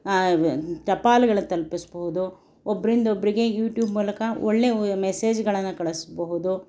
ಟಪಾಲುಗಳನ್ನು ತಲುಪಿಸಬಹುದು ಒಬ್ಬರಿಂದೊಬ್ಬರಿಗೆ ಯೂಟ್ಯೂಬ್ ಮೂಲಕ ಒಳ್ಳೆಯ ಮೆಸೇಜ್ಗಳನ್ನು ಕಳಿಸಬಹುದು